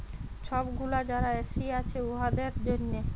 ছব গুলা যারা এস.সি আছে উয়াদের জ্যনহে